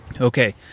Okay